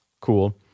cool